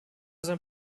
sein